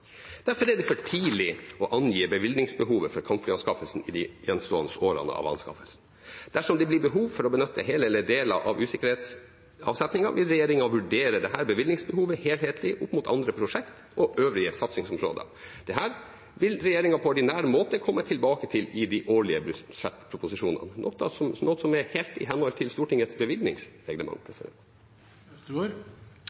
Derfor er det for tidlig å angi bevilgningsbehovet for kampflyanskaffelsen i de gjenstående årene av anskaffelsen. Dersom det blir behov for å benytte hele eller deler av usikkerhetsavsetningen, vil regjeringen vurdere dette bevilgningsbehovet helhetlig opp mot andre prosjekter og øvrige satsingsområder. Dette vil regjeringen på ordinær måte komme tilbake til i de årlige budsjettproposisjonene, noe som er helt i henhold til Stortingets bevilgningsreglement.